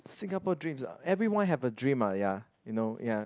Singapore dreams ah everyone have a dream ah ya you know ya